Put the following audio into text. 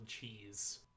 cheese